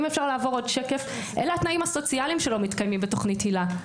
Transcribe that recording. בשקף אתם רואים את התנאים הסוציאליים שלא מתקיימים בתוכנית היל"ה.